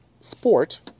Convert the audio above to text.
Sport